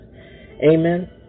amen